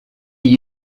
gli